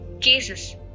Cases